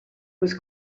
was